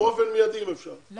ובאופן מיידי אם אפשר, לא